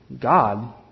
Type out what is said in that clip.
God